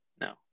No